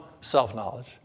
self-knowledge